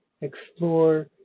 explore